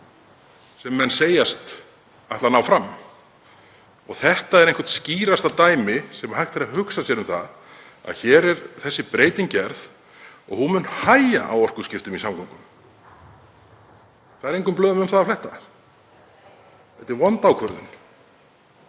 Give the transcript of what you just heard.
sem menn segjast ætla að ná fram. Þetta er eitthvert skýrasta dæmið sem hægt er að hugsa sér um það. Hér er þessi breyting gerð og hún mun hægja á orkuskiptum í samgöngum. Það er engum blöðum um það að fletta. Þetta er vond ákvörðun